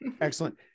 Excellent